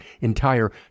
entire